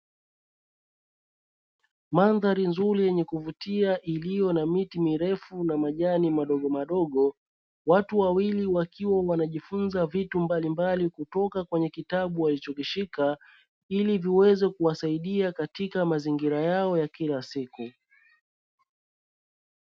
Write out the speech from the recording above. Mandhari nzuri yenye kuvutia iliyo na miti mirefu na majani madogo madogo, watu wawili wakiwa wanajifunza vitu mbalimbali kutoka katika kitabu walichokishika ili viweze kuwasaidia katika mazingira yao ya kila siku.